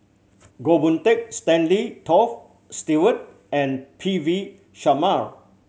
Goh Boon Teck Stanley Toft Stewart and P V Sharma